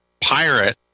pirate